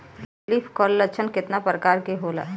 Leaf curl लक्षण केतना परकार के होला?